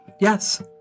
Yes